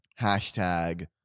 Hashtag